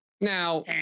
Now